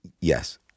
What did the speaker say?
Yes